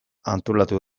antolatu